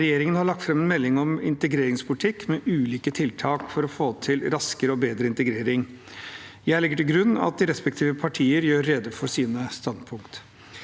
Regjeringen har lagt fram en melding om integreringspolitikk med ulike tiltak for å få til raskere og bedre integrering. Jeg legger til grunn at de respektive partiene gjør rede for sine standpunkt.